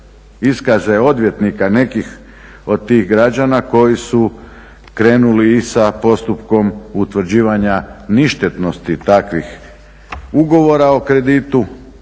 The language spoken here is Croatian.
iskaze odvjetnika nekih od tih građana koji su krenuli i sa postupkom utvrđivanja ništetnosti takvih ugovora o kreditu